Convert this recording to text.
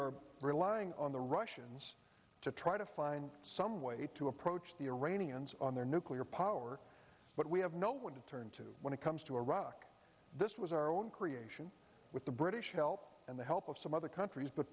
are relying on the russians to try to find some way to approach the iranians on their nuclear power but we have no one to turn to when it comes to iraq this was our own creation with the british help and the help of some other countries but